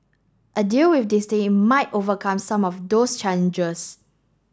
a deal with Disney might overcome some of those challenges